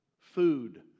food